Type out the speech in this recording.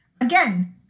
Again